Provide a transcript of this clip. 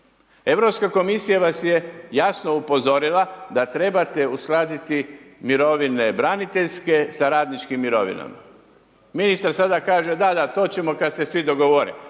Europska komisija vas je jasno upozorila da trebate uskladiti mirovine braniteljske sa radničkim mirovinama. Ministar sada kaže, da, da to ćemo kada se svi dogovore.